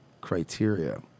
criteria